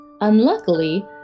Unluckily